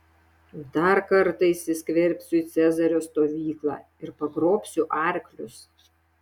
dar kartą įsiskverbsiu į cezario stovyklą ir pagrobsiu arklius